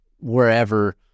wherever